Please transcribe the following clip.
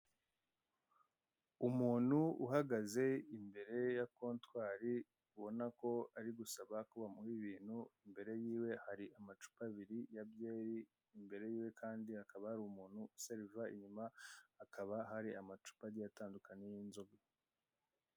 Umuntu uhagaze imbere ya kontwari ubona ko ari gusaba ko bamuha ibintu, imbere yiwe hari amacupa abiri ya byeri, imbere yiwe kandi hakaba hari umuntu useriva, inyuma hakaba hari amacupa agiye atandukanye y'inzoga.